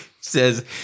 says